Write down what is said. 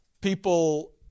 people